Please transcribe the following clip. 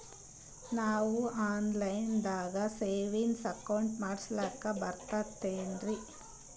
ನಾವು online ದಾಗ savings account ಮಾಡಸ್ಲಾಕ ಬರ್ತದೇನ್ರಿ?